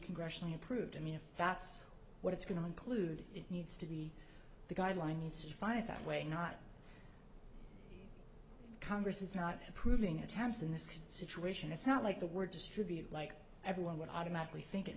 congressionally approved to me if that's what it's going to include it needs to be the guideline needs to define it that way not congress is not approving attempts in this situation it's not like the word distribute like everyone would automatically think it